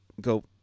go